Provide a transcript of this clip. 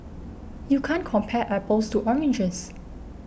you can't compare apples to oranges